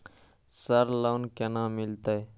Sir loan केना मिलते?